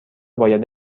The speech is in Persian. باید